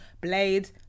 Blade